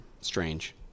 Strange